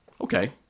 Okay